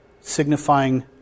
signifying